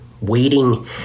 waiting